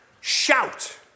Shout